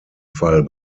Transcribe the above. fall